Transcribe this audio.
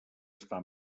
està